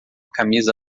camisa